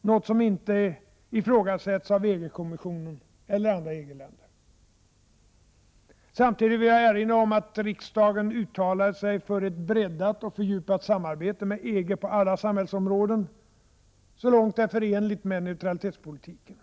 något som inte ifrågasätts av EG-kommissionen eller andra EG-länder. Samtidigt vill jag erinra om att riksdagen uttalade sig för ett breddat och fördjupat samarbete med EG på alla samhällsområden så långt det är förenligt med neutralitetspolitiken.